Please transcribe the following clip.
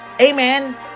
Amen